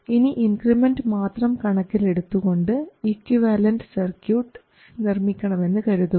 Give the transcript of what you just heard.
ഇനി ഇൻക്രിമെൻറ് മാത്രം കണക്കിലെടുത്തുകൊണ്ട് ഇക്വിവാലൻറ് സർക്യൂട്ട്സ് നിർമ്മിക്കണമെന്ന് കരുതുക